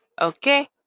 Okay